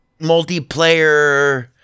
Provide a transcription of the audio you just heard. multiplayer